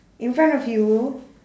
in front of you